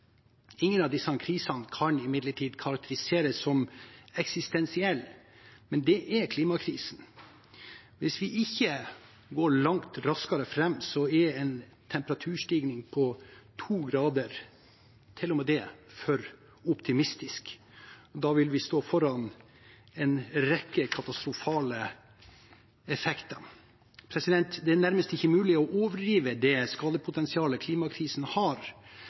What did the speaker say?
Ingen av disse krisene kan imidlertid karakteriseres som eksistensielle, men det er klimakrisen. Hvis vi ikke går langt raskere fram, er til og med en temperaturstigning på 2 grader for optimistisk. Da vil vi stå foran en rekke katastrofale effekter. Det er nærmest ikke mulig å overdrive det skadepotensialet klimakrisen har.